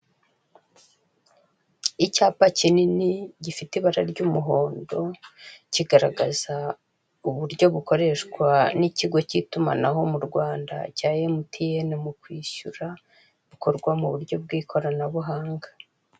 Icyapa kinini gifite ibara ry'umuhondo, kigaragaza uburyo bukoreshwa n'ikigo cy'itumanaho mu Rwanda cya MTN mu kwishyura, bikorwa mu buryo bw'ikoranabuhanga.